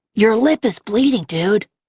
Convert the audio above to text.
your lip is bleeding, dude.